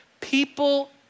People